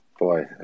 Boy